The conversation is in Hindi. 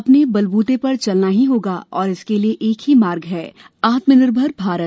अपने बलबूते पर चलना ही होगा और इसके लिए एक ही मार्ग है आत्मनिर्भर भारत